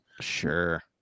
Sure